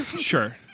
sure